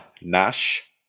Nash